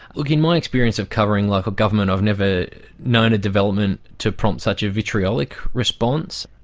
like in my experience of covering local government, i've never known a development to prompt such a vitriolic response.